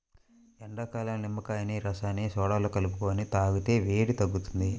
ఎండాకాలంలో నిమ్మకాయ రసాన్ని సోడాలో కలుపుకొని తాగితే వేడి తగ్గుతుంది